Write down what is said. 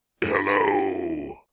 Hello